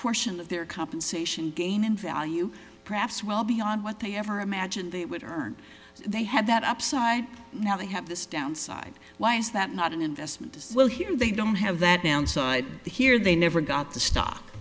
portion of their compensation gain in value perhaps well beyond what they ever imagined they would earn they had that upside now they have this downside why is that not an investment well here they don't have that downside here they never got the stock